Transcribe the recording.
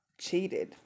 cheated